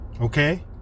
Okay